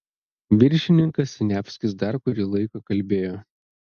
viršininkas siniavskis dar kurį laiką kalbėjo